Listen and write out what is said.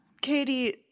Katie